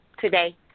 Today